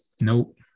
nope